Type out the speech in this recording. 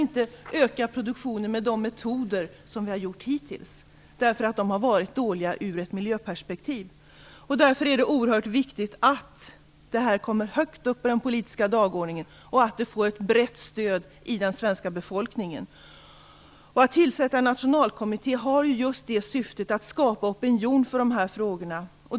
Vi kan inte öka produktionen med samma metoder som hittills, för dessa har varit dåliga ur miljöperspektiv. Därför är det oerhört viktigt att detta kommer högt upp på den politiska dagordningen och att det får ett brett stöd hos den svenska befolkningen. Att tillsätta en nationalkommitté har till syfte just att skapa opinion kring dessa frågor.